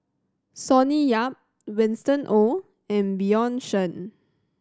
Sonny Yap Winston Oh and Bjorn Shen